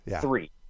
three